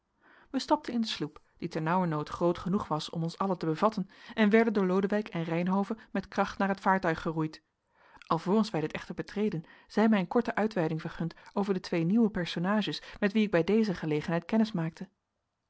wij stapten in de sloep die ternauwernood groot genoeg was om ons allen te bevatten en werden door lodewijk en reynhove met kracht naar het vaartuig geroeid alvorens wij dit echter betreden zij mij een korte uitweiding vergund over de twee nieuwe personages met wie ik bij deze gelegenheid kennis maakte